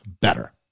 better